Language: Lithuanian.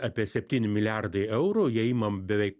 apie septyni milijardai eurų jei imam beveik